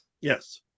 Yes